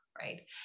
right